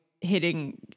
hitting